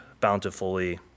bountifully